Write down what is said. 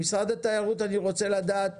ממשרד התיירות אני רוצה לדעת